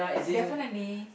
definitely